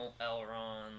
Elrond